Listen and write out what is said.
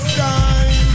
time